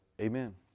Amen